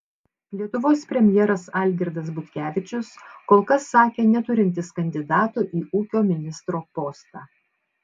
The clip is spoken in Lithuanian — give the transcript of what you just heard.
lietuvos premjeras algirdas butkevičius kol kas sakė neturintis kandidatų į ūkio ministro postą